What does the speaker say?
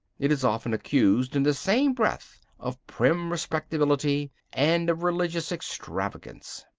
it is often accused in the same breath of prim respectability and of religious extravagance.